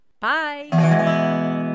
Bye